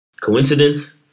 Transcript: Coincidence